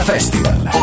Festival